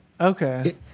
Okay